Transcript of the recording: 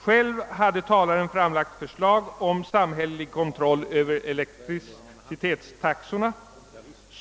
Själv hade talaren framlagt förslag om samhällelig kontroll över elektricitetstaxorna.